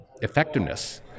effectiveness